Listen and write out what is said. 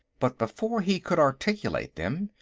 but before he could articulate them,